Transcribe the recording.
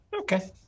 Okay